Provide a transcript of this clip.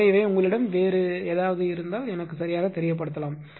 எனவே உங்களிடம் வேறு ஏதாவது இருந்தால் எனக்கு சரியாகத் தெரியப்படுத்தலாம்